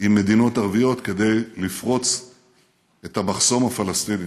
עם מדינות ערביות כדי לפרוץ את המחסום הפלסטיני.